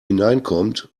hineinkommt